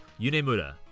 Yunemura